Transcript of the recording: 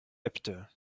äbte